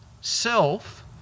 self